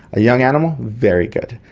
a young animal, very good.